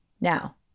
Now